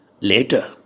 later